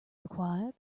required